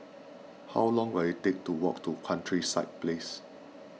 how long will it take to walk to Countryside Place